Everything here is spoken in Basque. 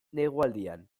negualdian